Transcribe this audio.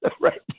Right